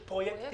לעבור פרויקט